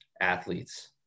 athletes